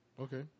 Okay